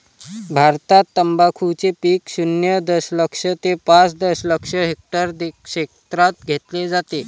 भारतात तंबाखूचे पीक शून्य दशलक्ष ते पाच दशलक्ष हेक्टर क्षेत्रात घेतले जाते